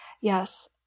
Yes